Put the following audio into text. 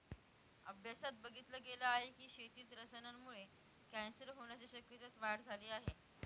अभ्यासात बघितल गेल आहे की, शेतीत रसायनांमुळे कॅन्सर होण्याच्या शक्यतेत वाढ झाली आहे